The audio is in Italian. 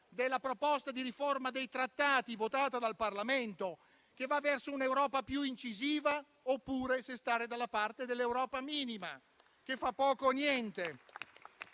della proposta di riforma dei trattati votata dal Parlamento, che va verso un'Europa più incisiva, oppure se stare dalla parte dell'Europa minima, che fa poco o niente,